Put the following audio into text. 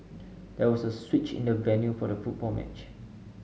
there was a switch in the venue for the football match